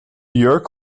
jurk